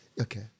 Okay